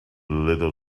little